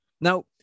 now